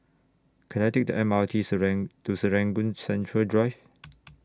Can I Take The M R T to Serangoon Central Drive